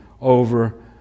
over